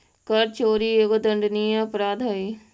कर चोरी एगो दंडनीय अपराध हई